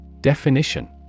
Definition